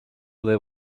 there